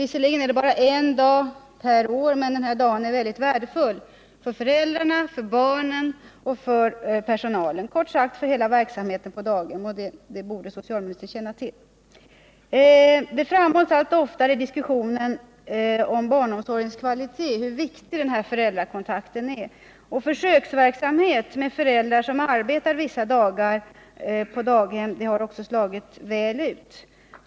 Visserligen utgår ersättning bara för en dag per år, men denna enda dag är mycket värdefull — för föräldrarna, för barnen och för personalen, kort sagt för hela verksamheten på daghemmet, och det borde socialministern känna till. Det framhålls allt oftare i diskussionen om barnomsorgens kvalitet hur viktig den här föräldrakontakten är. Försöksverksamhet med föräldrar som arbetar vissa dagar på daghem har också slagit väl ut.